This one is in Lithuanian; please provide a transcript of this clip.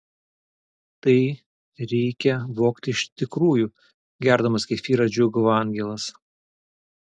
tai reikia vogti iš tikrųjų gerdamas kefyrą džiūgavo angelas